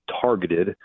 targeted